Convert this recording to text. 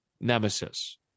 Nemesis